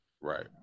Right